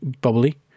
bubbly